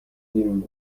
بیرون